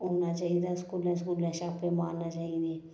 औना चाहिदा स्कूलें च स्कूलें च छाप्पे मारने चाहिदे